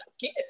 kids